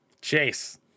Chase